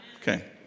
Okay